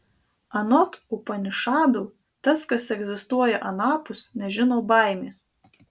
anot upanišadų tas kas egzistuoja anapus nežino baimės